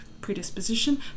predisposition